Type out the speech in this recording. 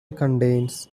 contains